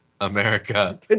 America